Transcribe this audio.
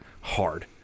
hard